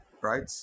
right